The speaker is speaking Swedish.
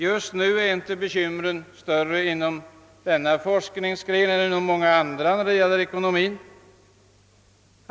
Just nu är inte bekymren större för denna forskningsgren än för många andra i fråga om ekonomin.